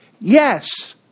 Yes